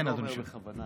חבר הכנסת